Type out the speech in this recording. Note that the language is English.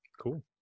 cool